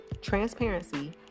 transparency